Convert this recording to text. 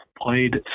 played